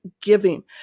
giving